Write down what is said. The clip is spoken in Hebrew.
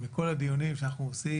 שמכל הדיונים שאנחנו עושים,